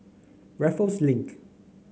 Raffles Link